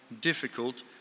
difficult